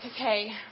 okay